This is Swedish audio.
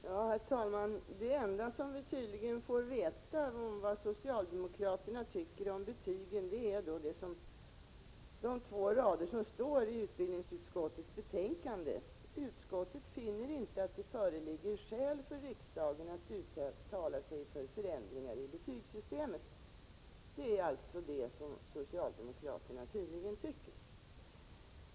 Herr talman! Det enda som vi tydligen får veta om vad socialdemokraterna tycker om betygen är det som står på två rader i utbildningsutskottets betänkande: ”Utskottet finner inte att det föreligger skäl för riksdagen att uttala sig för förändringar i betygssystemet ———.” Detta är alltså vad socialdemokraterna tydligen tycker.